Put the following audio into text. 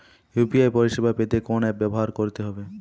UPI পরিসেবা পেতে কোন অ্যাপ ব্যবহার করতে হবে?